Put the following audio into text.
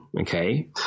okay